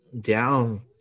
down